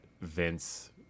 Vince